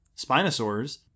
Spinosaurus